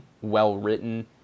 well-written